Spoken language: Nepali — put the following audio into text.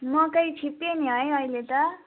मकै छिप्पियो नि है अहिले त